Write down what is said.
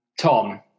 Tom